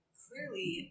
clearly